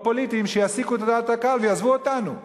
פוליטיים שיעסיקו את תודעת הקהל ויעזבו אותנו,